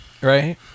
right